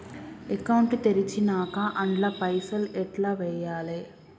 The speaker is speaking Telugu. అకౌంట్ తెరిచినాక అండ్ల పైసల్ ఎట్ల వేయాలే?